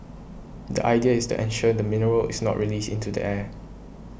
the idea is to ensure the mineral is not released into the air